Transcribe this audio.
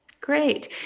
great